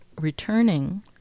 returning